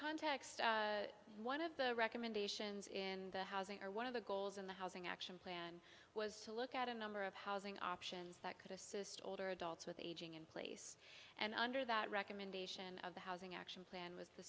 context one of the recommendations in the housing or one of the goals in the housing action plan was to look at a number of housing options that could assist older adults with aging in place and under that recommendation of the housing action plan was the